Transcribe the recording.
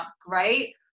great